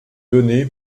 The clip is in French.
donné